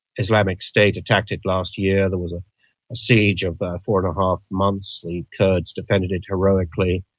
islamic state attacked it last year, there was a siege of four and a half months, the kurds defended it heroically.